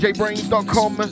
DJbrains.com